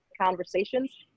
conversations